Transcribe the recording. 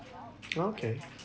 okay